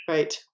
Right